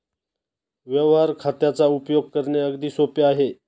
व्यवहार खात्याचा उपयोग करणे अगदी सोपे आहे